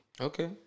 Okay